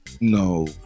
no